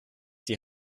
die